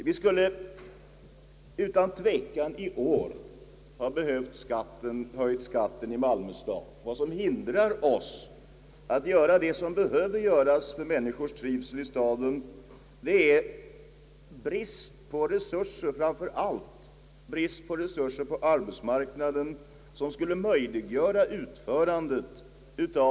Vi skulle utan tvekan i år ha behövt höja skatten i Malmö stad. Vad som hindrar oss att göra det som behöver göras för människornas trivsel i staden är framför allt bristen på resurser på arbetsmarknaden.